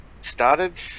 started